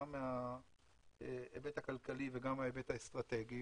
גם ההיבט הכלכלי וגם ההיבט האסטרטגי,